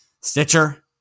Stitcher